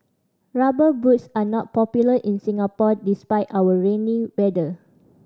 Rubber Boots are not popular in Singapore despite our rainy weather